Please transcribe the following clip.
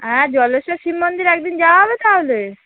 আর জলেশ্বর শিব মন্দিরে এক দিন যাওয়া হবে তাহলে